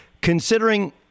Considering